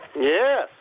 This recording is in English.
Yes